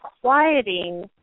quieting